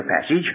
passage